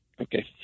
Okay